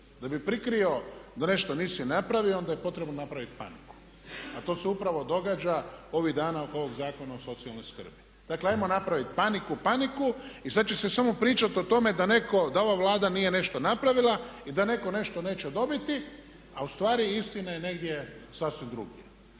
Da bi prikrio da nešto nisi napravio onda je napraviti paniku a to se upravo događa ovih dana oko ovog Zakona o socijalnoj skrbi. Dakle, ajmo napraviti paniku, paniku i sad će se samo pričati o tome da netko, da ova Vlada nije nešto napravila i da netko nešto neće dobiti a ustvari istina je negdje sasvim drugdje